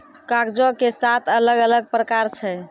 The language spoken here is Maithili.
कागजो के सात अलग अलग प्रकार छै